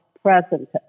present